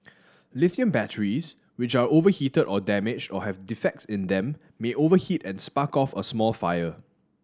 lithium batteries which are overheated or damaged or have defects in them may overheat and spark off a small fire